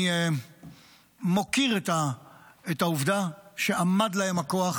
אני מוקיר את העובדה שעמד להם הכוח